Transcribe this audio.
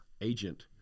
agent